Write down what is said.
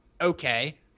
okay